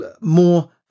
more